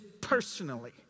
personally